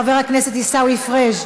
חבר הכנסת עיסאווי פריג'